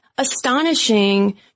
Astonishing